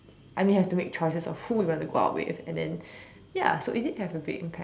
I mean have to make choices of who we want to go out with and then ya so it did have a big impact